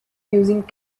using